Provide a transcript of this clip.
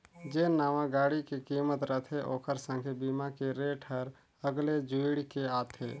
जेन नावां गाड़ी के किमत रथे ओखर संघे बीमा के रेट हर अगले जुइड़ के आथे